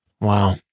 Wow